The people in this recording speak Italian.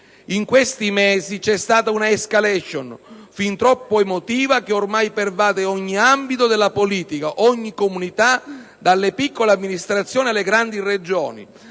In questi mesi c'è stata un'*escalation*, fin troppo emotiva, che ormai pervade ogni ambito della politica, ogni comunità, dalle piccole amministrazioni alle grandi Regioni,